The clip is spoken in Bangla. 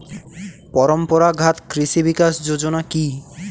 পরম্পরা ঘাত কৃষি বিকাশ যোজনা কি?